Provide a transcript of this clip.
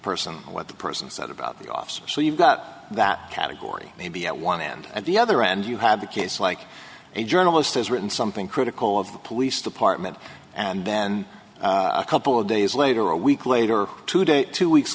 person what the person said about the officer so you've got that category maybe at one end at the other end you have a case like a journalist has written something critical of the police department and then a couple of days later or a week later today two weeks